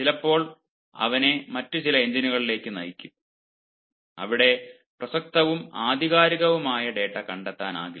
ചിലപ്പോൾ അവനെ മറ്റ് ചില എഞ്ചിനുകളിലേക്ക് നയിക്കും അവിടെ പ്രസക്തവും ആധികാരികവുമായ ഡാറ്റ കണ്ടെത്താനാകില്ല